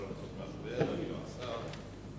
אני לא שר.